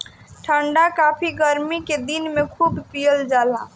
ठंडा काफी गरमी के दिन में खूब पियल जाला